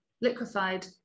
liquefied